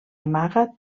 amaga